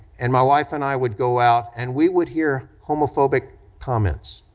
and my wife and i would go out and we would hear homophobic comments